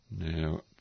Now